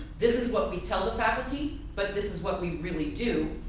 this is what we tell the faculty but this is what we really do,